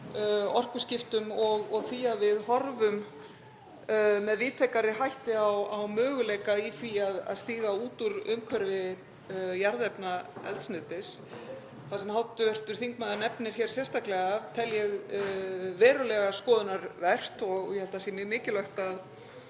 orkuskiptum og því að við horfum með víðtækari hætti á möguleika í því að stíga út úr umhverfi jarðefnaeldsneytis. Það sem hv. þingmaður nefnir hér sérstaklega tel ég verulegrar skoðunar vert og ég held að það sé